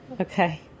Okay